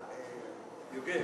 יוגב.